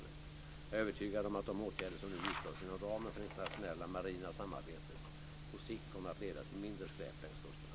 Jag är övertygad om att de åtgärder som nu vidtas inom ramen för det internationella marina samarbetet på sikt kommer att leda till mindre skräp längs kusterna.